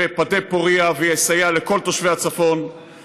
בפדה, פוריה, ויסייע לכל תושבי הצפון, נא לסיים.